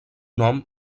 nom